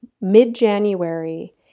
Mid-January